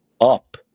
up